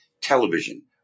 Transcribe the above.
television